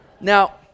now